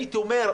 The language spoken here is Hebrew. הייתי אומר,